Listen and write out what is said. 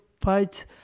fights